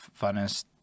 funnest